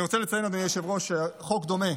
אני רוצה לציין, אדוני היושב-ראש, שחוק דומה